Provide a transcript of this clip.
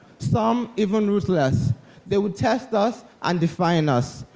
some even ruthless they will test us and define us.